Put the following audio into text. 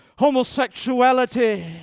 homosexuality